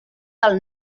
del